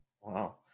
Wow